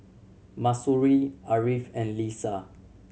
Mahsuri Ariff and Lisa